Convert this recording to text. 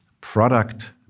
product